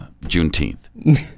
Juneteenth